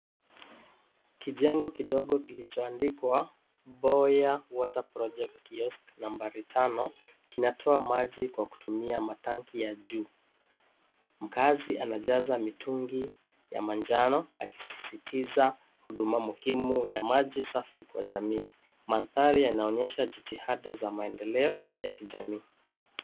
Kijengo kidogo kilichoandikwa Boya Water project kiosk nambari tano kinatoa maji kwa kutumia matanki ya juu. Mkaazi anajaza mitungi ya manjano akisisitiza huduma muhimu ya maji safi kwa jamii. Mandhari yanaonyesha jitihada za maendeleo ya kijamii.